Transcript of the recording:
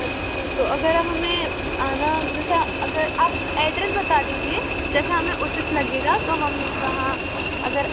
अच्छा तो अगर हमें आना जैसे अगर आप ऐड्रेस बता दीजिए जैसे हमें उचित लगेगा तो हम वहाँ अगर आ सकें